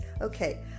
okay